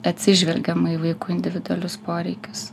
atsižvelgiama į vaikų individualius poreikius